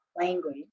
language